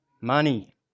Money